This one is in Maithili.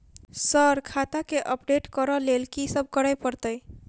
सर खाता केँ अपडेट करऽ लेल की सब करै परतै?